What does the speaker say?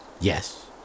Yes